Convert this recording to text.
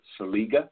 Saliga